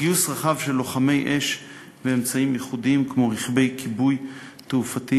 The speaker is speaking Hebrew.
גיוס רחב של לוחמי אש ואמצעים ייחודיים כמו רכבי כיבוי תעופתיים